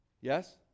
yes